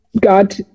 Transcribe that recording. god